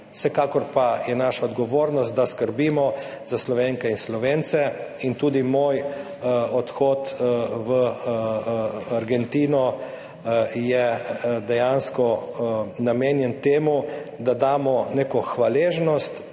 Vsekakor pa je naša odgovornost, da skrbimo za Slovenke in Slovence. Tudi moj odhod v Argentino je dejansko namenjen temu, da damo neko hvaležnost,